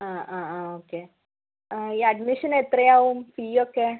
ആ ആ ആ ഓക്കെ ഈ അഡ്മിഷന് എത്രയാകും ഫീയൊക്കെ